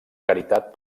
caritat